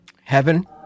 heaven